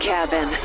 Cabin